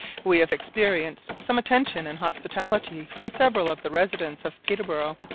we have experienced some attention and hospitality from several of the residents of peterborough.